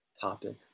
topic